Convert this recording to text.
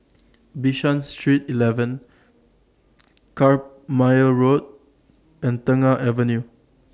Bishan Street eleven Carpmael Road and Tengah Avenue